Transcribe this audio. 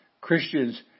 Christians